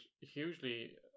hugely